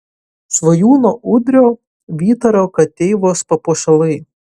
svajūno udrio vytaro kateivos papuošalai